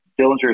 Dillinger